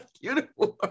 uniform